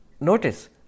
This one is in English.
Notice